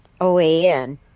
OAN